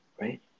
Right